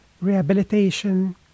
rehabilitation